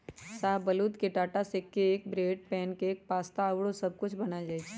शाहबलूत के टा से cake, bread, pancake, pasta आउरो सब कुछ बनायल जाइ छइ